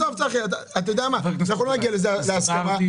צחי, לא נגיע להסכמה.